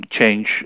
change